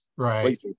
Right